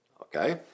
okay